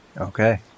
Okay